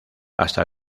hasta